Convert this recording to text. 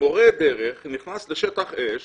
מורה דרך נכנס לשטח אש